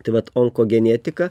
tai vat onkogenetika